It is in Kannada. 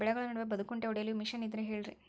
ಬೆಳೆಗಳ ನಡುವೆ ಬದೆಕುಂಟೆ ಹೊಡೆಯಲು ಮಿಷನ್ ಇದ್ದರೆ ಹೇಳಿರಿ